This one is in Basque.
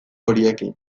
horiekin